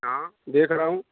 हाँ देख रहा हूँ